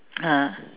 ah